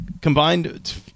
combined